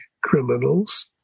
criminals